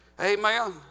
amen